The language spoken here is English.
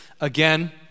again